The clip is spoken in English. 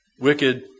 wicked